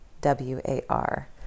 W-A-R